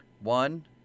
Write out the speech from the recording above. One